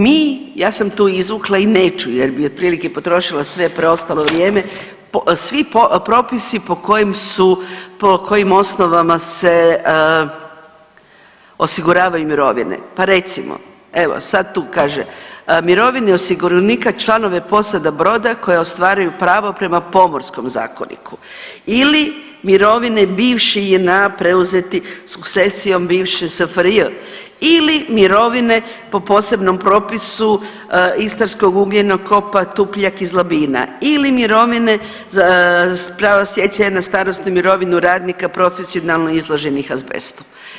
Mi, ja sam tu izvukla i neću jer bi otprilike potrošila sve preostalo vrijeme, svi propisi po kojem su, po kojim osnovama se osiguravaju mirovine, pa recimo evo sad tu kaže, mirovine osiguranika članove posada broda koje ostvaraju pravo prema Pomorskom zakoniku ili mirovine bivše JNA preuzeti sukcesijom bivše SFRJ ili mirovine po posebnom propisu Istarskog ugljenokopa Tupljak iz Labina ili mirovine za prava stjecanja na starosnu mirovinu radnika profesionalno izloženih azbestu.